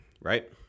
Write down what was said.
right